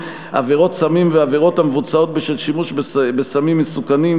עבירות סמים ועבירות המבוצעות בשל שימוש בסמים מסוכנים,